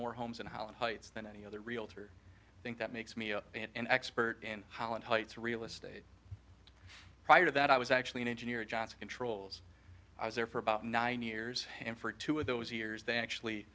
more homes in holland heights than any other realtor think that makes me an expert in holland heights real estate prior to that i was actually an engineer at johnson controls i was there for about nine years when for two of those years they actually